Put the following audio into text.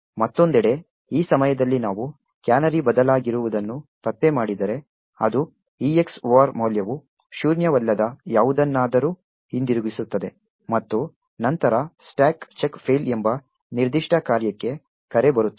ಮತ್ತೊಂದೆಡೆ ಈ ಸಮಯದಲ್ಲಿ ನಾವು ಕ್ಯಾನರಿ ಬದಲಾಗಿರುವುದನ್ನು ಪತ್ತೆ ಮಾಡಿದರೆ ಅದು EX OR ಮೌಲ್ಯವು ಶೂನ್ಯವಲ್ಲದ ಯಾವುದನ್ನಾದರೂ ಹಿಂದಿರುಗಿಸುತ್ತದೆ ಮತ್ತು ನಂತರ stack chk fail ಎಂಬ ನಿರ್ದಿಷ್ಟ ಕಾರ್ಯಕ್ಕೆ ಕರೆ ಬರುತ್ತದೆ